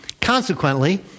consequently